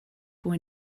fwy